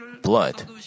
blood